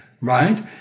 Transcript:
right